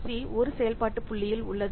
C 1 செயல்பாட்டு புள்ளியில் உள்ளது